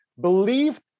Believed